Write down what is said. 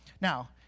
Now